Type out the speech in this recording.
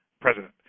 President